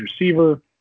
receiver